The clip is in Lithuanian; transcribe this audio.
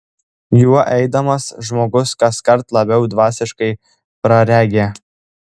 juo eidamas žmogus kaskart labiau dvasiškai praregi